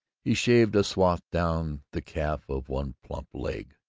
he shaved a swath down the calf of one plump leg.